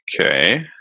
Okay